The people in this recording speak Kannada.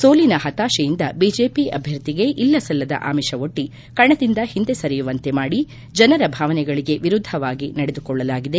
ಸೋಲಿನ ಪತಾಶೆಯಿಂದ ಬಿಜೆಪಿ ಅಭ್ಯರ್ಥಿಗೆ ಇಲ್ಲಸಲ್ಲದ ಆಮಿಷ ಒಡ್ಡಿ ಕಣದಿಂದ ಹಿಂದೆ ಸರಿಯುವಂತೆ ಮಾಡಿ ಜನರ ಭಾವನೆಗಳಿಗೆ ವಿರುದ್ವವಾಗಿ ನಡೆದುಕೊಳ್ಳಲಾಗಿದೆ